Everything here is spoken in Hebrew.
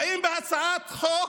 באים בהצעת חוק